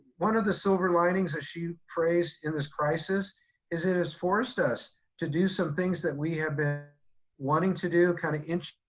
one of the silver linings that she praised in this crisis is it has forced us to do some things that we have been wanting to do, kind of inch,